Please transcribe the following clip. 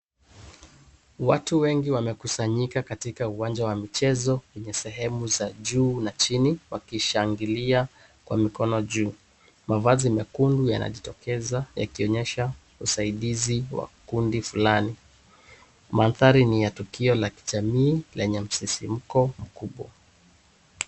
Watu wengi wamekusanyika katika uwanja wa michezo yenye sehemu za juu na chini wakishangilia kwa mikono juu. Mavazi mekundu yanajitokeza yakionyesha usaidizi wa kundi flani. Mandhari ni ya tukio la kijamii lenye msisimko mkuu.